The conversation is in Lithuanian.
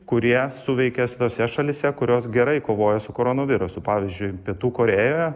kurie suveikia tose šalyse kurios gerai kovoja su koronavirusu pavyzdžiui pietų korėjoje